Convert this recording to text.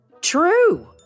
true